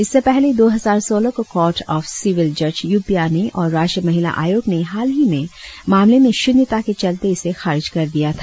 इससे पहले दो हजार सोलह को कोर्ट ऑफ सिविल जज यूपिया ने और राष्ट्रीय महिला आयोग ने हाल ही में मामले में श्रन्यता के चलते इसे खारिज कर दिया था